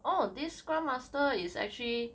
orh this scrum master is actually